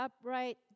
upright